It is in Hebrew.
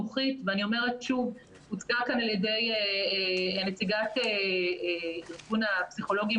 הוצגה כאן על ידי נציגת ארגון הפסיכולוגים